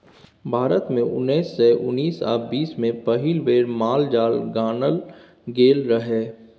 भारत मे उन्नैस सय उन्नैस आ बीस मे पहिल बेर माल जाल गानल गेल रहय